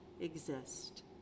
exist